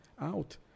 out